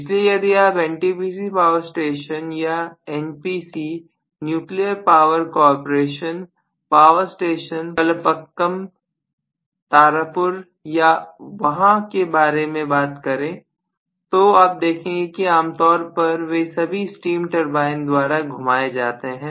इसलिए यदि आप एनटीपीसी पावर स्टेशन या NPC nuclear power corporation power station Kalpakkam Tarapur या वहां के बारे में बात करते हैं तो आप देखेंगे कि आम तौर पर वे सभी स्टीम टर्बाइन द्वारा घुमाए जाते हैं